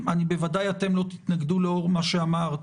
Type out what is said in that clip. בוודאי אתם לא תתנגדו, לאור מה שאמרת,